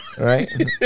Right